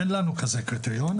אין לנו כזה קריטריון,